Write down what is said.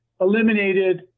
eliminated